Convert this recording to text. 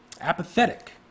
apathetic